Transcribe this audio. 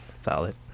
Solid